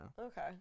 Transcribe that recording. Okay